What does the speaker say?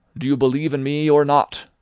do you believe in me or not?